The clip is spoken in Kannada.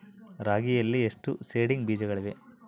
ರಾಗಿಯಲ್ಲಿ ಎಷ್ಟು ಸೇಡಿಂಗ್ ಬೇಜಗಳಿವೆ?